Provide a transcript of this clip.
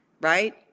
right